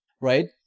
right